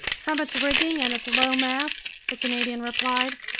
from its rigging and its low masts, the canadian replied,